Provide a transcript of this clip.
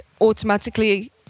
automatically